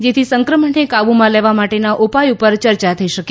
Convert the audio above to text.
જેથી સંકમણને કાબૂમાં લેવા માટેના ઉપાય ઉપર યર્યા થઈ શકે